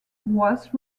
was